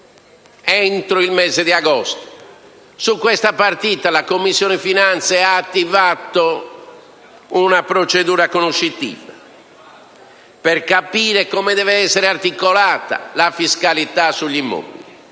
entro il mese di agosto, e su questa partita la Commissione finanze ha attivato una procedura conoscitiva per capire come deve essere articolata la fiscalità sugli immobili,